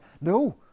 No